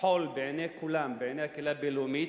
חול בעיני כולם, בעיני הקהילה הבין-לאומית,